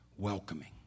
welcoming